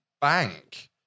bank